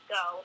go